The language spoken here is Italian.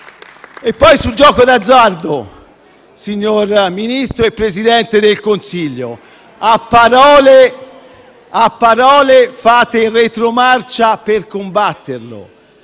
E poi, sul gioco d'azzardo, signor Ministro e signor Presidente del Consiglio, a parole fate retromarcia per combatterlo,